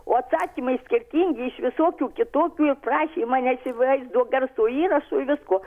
o atsakymai skirtingi iš visokių kitokių ir prašė manęs ir vaizdo garso įrašų visko